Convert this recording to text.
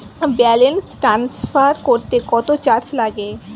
Balance transfer করতে কত charge লাগে?